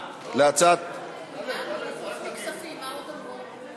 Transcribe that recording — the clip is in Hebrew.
חוץ מכספים, מה עוד אמרו?